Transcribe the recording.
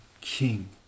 king